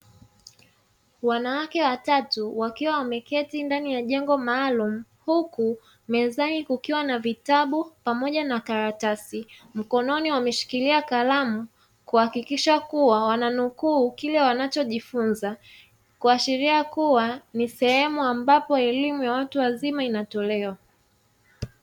Wanawake watatu wakiwa wameketi ndani ya jengo maalum huku mezani kukiwa na vitabu pamoja na karatasi, mkononi wameshikilia kalamu kuhakikisha kua wananukuu kile wanacho jifunza, kuashiria kua ni sehemu ambapo elimu ya watu wazima inatolewa.